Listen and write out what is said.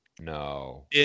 No